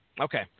Okay